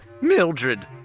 Mildred